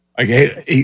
Okay